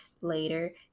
later